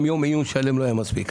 גם יום עיון שלם לא היה מספיק.